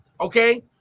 Okay